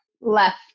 left